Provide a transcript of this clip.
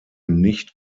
nicht